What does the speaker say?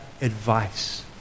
advice